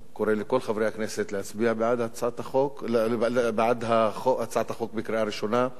קורא לכל חברי הכנסת להצביע בעד הצעת החוק בקריאה ראשונה,